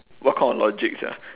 what kind of logic sia